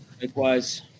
Likewise